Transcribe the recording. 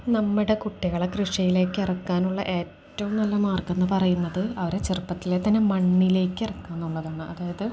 നമ്മുടെ കുട്ടികളെ കൃഷിയിലേക്ക് ഇറക്കാനുള്ള ഏറ്റവും നല്ല മാർഗ്ഗം എന്നു പറയുന്നത് അവരെ ചെറുപ്പത്തിലെ തന്നെ മണ്ണിലേക്കിറക്കാനുള്ളതാണ് അതായത്